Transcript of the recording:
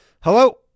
Hello